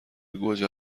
گوجه